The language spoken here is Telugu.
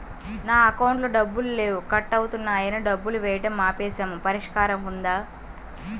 నా అకౌంట్లో డబ్బులు లేవు కట్ అవుతున్నాయని డబ్బులు వేయటం ఆపేసాము పరిష్కారం ఉందా?